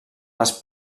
les